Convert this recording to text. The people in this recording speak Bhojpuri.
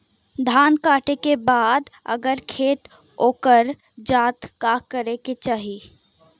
धान कांटेके बाद अगर खेत उकर जात का करे के चाही?